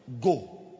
go